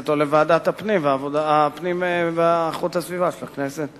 או לוועדת הפנים ואיכות הסביבה של הכנסת.